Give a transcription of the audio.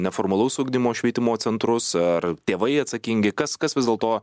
neformalaus ugdymo švietimo centrus ar tėvai atsakingi kas kas vis dėlto